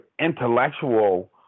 intellectual